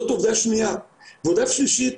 דבר שלישי,